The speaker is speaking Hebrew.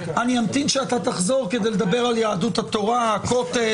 אמתין שתחזור כדי לדבר על יהדות התורה והכותל,